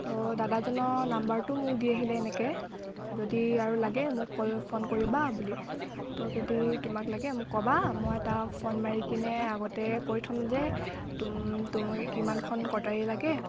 তো দাদাজনৰ নাম্বাৰটোও মোক দি আহিলে এনেকৈ যদি আৰু লাগে মোক ক'লে ফোন কৰিবা বুলি তো যদি তোমাক লাগে মোক ক'বা মই তেওঁক ফোন মাৰি কিনে আগতে কৈ থ'ম যে তুমি কিমানখন কটাৰী লাগে